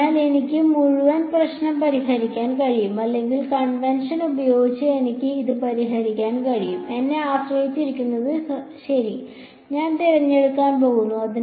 അതിനാൽ എനിക്ക് മുഴുവൻ പ്രശ്നവും പരിഹരിക്കാൻ കഴിയും അല്ലെങ്കിൽ കൺവെൻഷൻ ഉപയോഗിച്ച് എനിക്ക് അത് പരിഹരിക്കാൻ കഴിയും എന്നെ ആശ്രയിച്ചിരിക്കുന്നു ശരി ഞാൻ തിരഞ്ഞെടുക്കാൻ പോകുന്നു